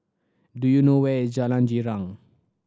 do you know where is Jalan Girang